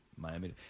Miami